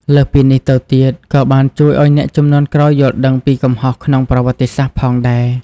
លើសពីនេះទៅទៀតក៏បានជួយឲ្យអ្នកជំនាន់ក្រោយយល់ដឹងពីកំហុសក្នុងប្រវត្តិសាស្ត្រផងដែរ។